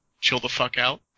chill-the-fuck-out